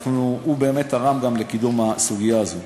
הוא באמת תרם גם לקידום הסוגיה הזו.